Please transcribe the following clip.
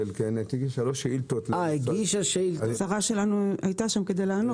השרה שלנו היתה שם כדי לענות.